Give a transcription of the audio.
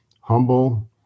humble